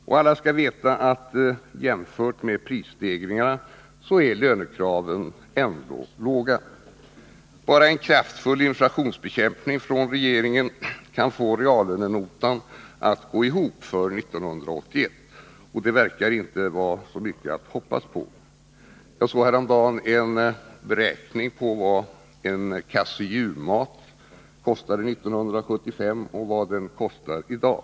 Och alla skall veta att lönekraven ändå, jämfört med prisstegringarna, är mycket låga. Bara en kraftfull inflationsbekämpning från regeringen kan få reallönenotan att gå ihop för 1981, men det verkar inte vara så mycket att hoppas på. Jag såg häromdagen en beräkning av vad en kasse julmat kostade 1975 och vad den kostar i dag.